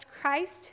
Christ